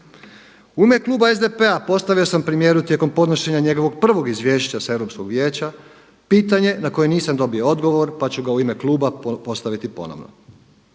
U ime kluba DSP-a postavio sam premijeru tijekom podnošenja njegovog prvog izvješća sa Europskog vijeća pitanje na koje nisam dobio odgovor pa ću ga u ime kluba postaviti ponovno.